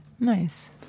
Nice